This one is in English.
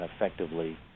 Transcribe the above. effectively